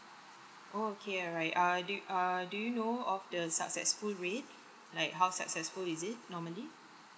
okay alright err do you err do you know of the successful rate like how successful is it normally